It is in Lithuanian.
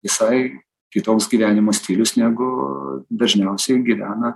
visai kitoks gyvenimo stilius negu dažniausiai gyvena